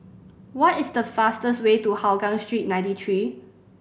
what is the fastest way to Hougang Street Ninety Three